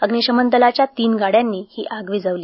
अग्निशमन दलाच्या तीन गाड्यांनी आग विझावाली